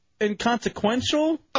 inconsequential